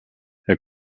herr